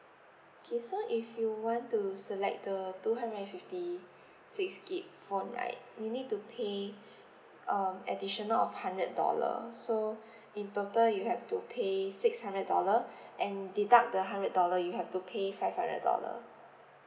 okay so if you want to select the two hundred and fifty six G_B phone right you need to pay um additional of hundred dollar so in total you have to pay six hundred dollar and deduct the hundred dollar you have to pay five hundred dollar